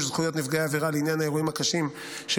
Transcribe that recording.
זכויות נפגעי עבירה לעניין האירועים הקשים של